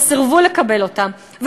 וסירבו לקבל אותן,